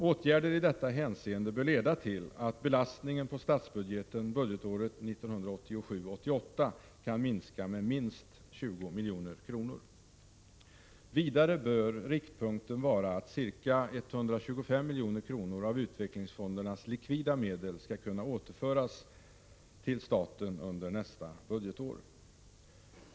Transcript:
Åtgärder i detta hänseende bör leda till att belastningen på statsbudgeten budgetåret 1987/88 kan minskas med minst 20 milj.kr. Vidare bör riktpunkten vara att ca 125 milj.kr. av utvecklingsfondernas likvida medel skall kunna återföras till staten under nästa budgetår.